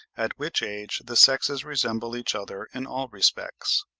at which age the sexes resemble each other in all respects.